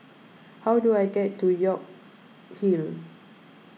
how do I get to York Hill